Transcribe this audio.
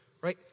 right